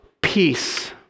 peace